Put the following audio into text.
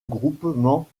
groupement